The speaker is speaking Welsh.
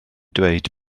dweud